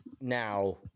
now